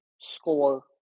score